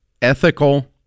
ethical